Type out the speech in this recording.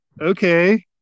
okay